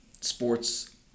Sports